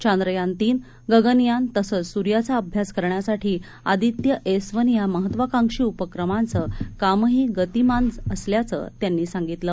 चांद्रयान तीन गगनयान तसंच सूर्याचा अभ्यास करण्यासाठी आदित्य एस वन या महत्वाकांक्षी उपक्रमांचं कामही गतिमान असल्याचं त्यांनी सांगितलं